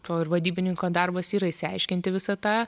to ir vadybininko darbas yra išsiaiškinti visą tą